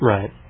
Right